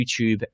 youtube